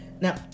Now